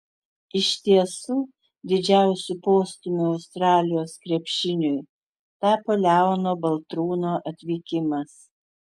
iš tiesų didžiausiu postūmiu australijos krepšiniui tapo leono baltrūno atvykimas